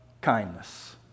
kindness